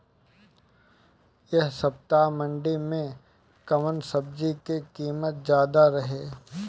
एह सप्ताह मंडी में कउन सब्जी के कीमत ज्यादा रहे?